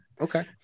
Okay